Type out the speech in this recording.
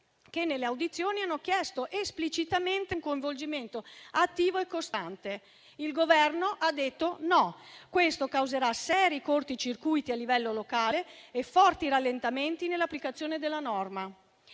che nelle audizioni hanno chiesto esplicitamente un coinvolgimento attivo e costante: una richiesta logica e fondamentale. Questo causerà seri cortocircuiti a livello locale e forti rallentamenti nell'applicazione del